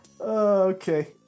Okay